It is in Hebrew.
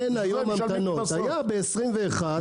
היה ב-21'.